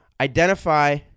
identify